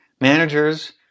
Managers